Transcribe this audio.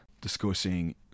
discussing